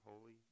holy